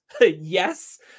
Yes